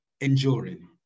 enduring